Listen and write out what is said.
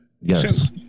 Yes